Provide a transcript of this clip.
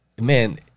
man